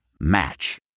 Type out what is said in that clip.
Match